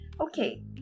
okay